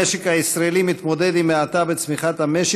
המשק הישראלי מתמודד עם האטה בצמיחת המשק,